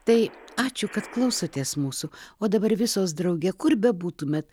tai ačiū kad klausotės mūsų o dabar visos drauge kur bebūtumėt